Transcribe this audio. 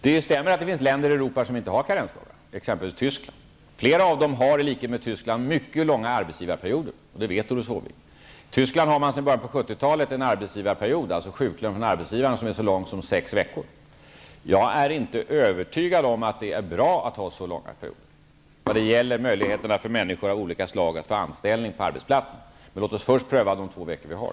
Det stämmer att det finns länder i Europa som inte har karensdagar, exempelvis Tyskland. Flera av dem har i likhet med Tyskland mycket långa arbetsgivarperioder, och det vet Doris Håvik. I Tyskland har man sedan början av 1970-talet haft en arbetsgivarperiod, dvs. med sjuklön från arbetsgivaren, som är så lång som sex veckor. Jag är inte övertygad om att det är bra att ha så långa perioder när det gäller möjligheten för människor av olika slag att få anställning på arbetsplatser. Men låt oss först pröva de två veckor vi har.